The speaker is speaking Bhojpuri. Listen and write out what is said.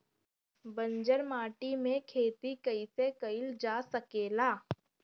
बंजर माटी में खेती कईसे कईल जा सकेला?